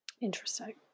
Interesting